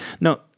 No